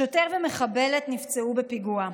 שוטר ומחבלת נפצעו בפיגוע.